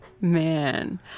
Man